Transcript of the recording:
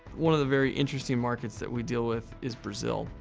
one of the very interesting markets that we deal with is brazil.